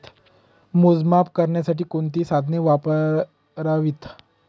मोजमाप करण्यासाठी कोणती साधने वापरावीत?